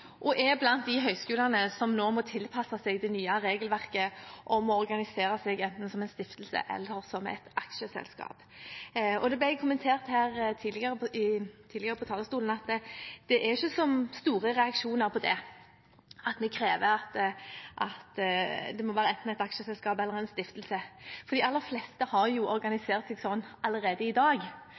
og er blant de høyskolene som nå må tilpasse seg det nye regelverket om å organisere seg enten som en stiftelse eller som et aksjeselskap. Det ble kommentert på talerstolen her tidligere at det ikke er så store reaksjoner på at vi krever at det må være enten et aksjeselskap eller en stiftelse. De aller fleste har jo organisert seg slik allerede i dag,